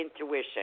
intuition